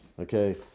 Okay